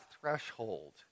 threshold